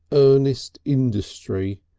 earnest industry.